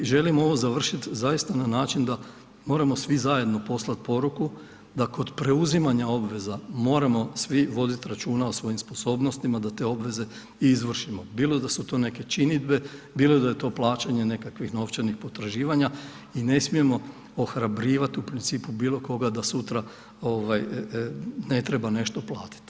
I želim ovo završiti zaista na način da moramo svi zajedno poslati poruku da kod preuzimanja obveza moramo svi voditi računa o svojim sposobnostima da te obveze i izvršimo, bilo da su to neke činidbe, bilo da je to plaćanje nekakvih novčanih potraživanja i ne smijemo ohrabrivati u principu bilo koga da sutra ne treba nešto platiti.